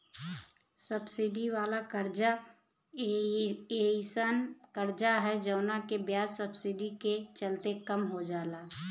subsidy वाला कर्जा एयीसन कर्जा ह जवना के ब्याज सब्सिडी के चलते कम हो जाला